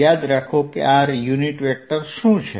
યાદ રાખો કે r યુનિટ વેક્ટર શું છે